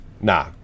Nah